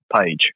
page